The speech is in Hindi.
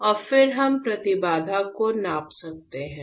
और फिर हम प्रतिबाधा को नाप रहे हैं